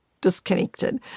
disconnected